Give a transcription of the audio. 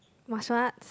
must what's